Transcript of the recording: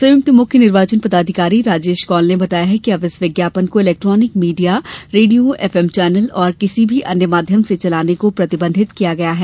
संयुक्त मुख्य निर्वाचन पदाधिकारी राजेश कौल ने बताया कि अब इस विज्ञापन को इलेक्ट्रॉनिक मीडिया रेडियो एफएमचैनल और किसी भी अन्य माध्यम से चलाने को प्रतिबन्धित किया गया है